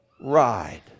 ride